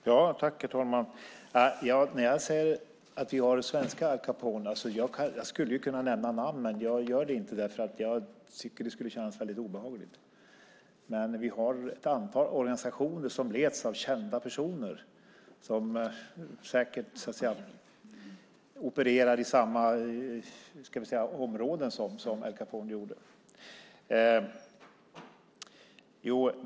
Herr talman! När jag säger att vi har svenska motsvarigheter till Al Capone skulle jag kunna nämna namn, men jag gör inte det därför att jag tycker att det skulle kännas väldigt obehagligt. Vi har ett antal organisationer som leds av kända personer som säkert opererar på samma områden som Al Capone gjorde.